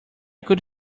could